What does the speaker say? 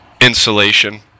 insulation